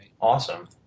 Awesome